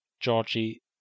Georgie